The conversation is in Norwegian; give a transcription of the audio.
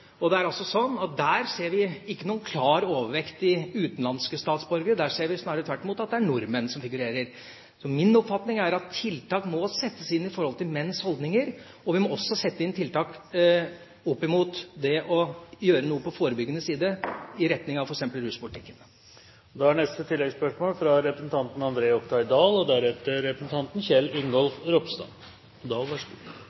Der ser vi ikke noen klar overvekt av utenlandske statsborgere. Der ser vi snarere tvert imot at det er nordmenn som figurerer. Så min oppfatning er at tiltak må settes inn i forhold til menns holdninger, og vi må også sette inn tiltak for å gjøre noe på forebyggende side i retning av f.eks. ruspolitikken. Jeg synes det er veldig bra at vi har en statsråd som har flere tanker i hodet på en gang og